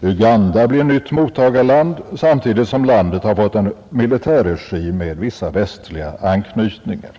Uganda blir nytt mottagarland, samtidigt som landet har fått en militärregim med vissa västliga anknytningar.